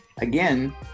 again